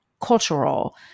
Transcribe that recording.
cultural